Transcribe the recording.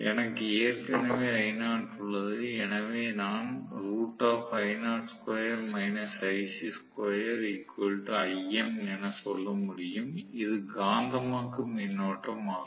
எனக்கு ஏற்கனவே I0 உள்ளது எனவே நான் என சொல்ல முடியும் இது காந்தமாக்கும் மின்னோட்டமாகும்